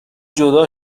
جدا